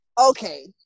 okay